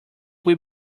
will